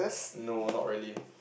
no not really